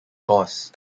course